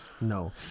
No